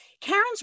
Karen's